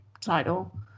title